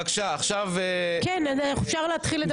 בבקשה, עכשיו --- כן, אפשר להתחיל לדבר.